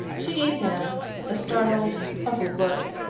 she gave him a startled, puzzled look.